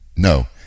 No